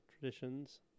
Traditions